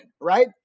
right